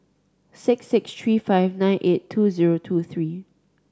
six six tree five nine eight two zero two three